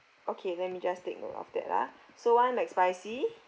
okay let me just take note of that ah so mcspicy